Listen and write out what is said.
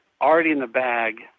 already-in-the-bag